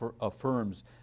affirms